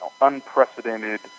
unprecedented